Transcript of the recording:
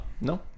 No